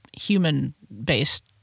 human-based